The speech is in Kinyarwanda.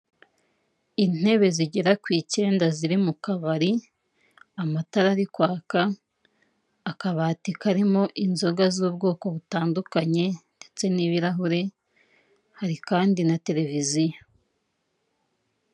Intebe zigera ku icyenda ziri mu kabari, amatara ari kwaka, akabati karimo inzoga z'ubwoko butandukanye ndetse n'ibirahure hari kandi na televiziyo.